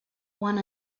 one